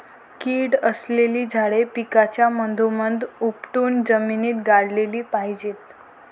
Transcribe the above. कीड असलेली झाडे पिकाच्या मधोमध उपटून जमिनीत गाडली पाहिजेत